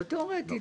אבל תיאורטית,